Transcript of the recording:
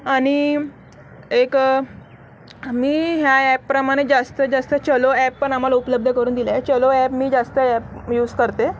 आणि एक मी ह्या ॲप्रमाणे जास्त जास्त चलो ॲप पण आम्हाला उपलब्ध करून दिले चलो ॲप मी जास्त ॲप यूज करते